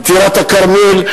טירת-כרמל,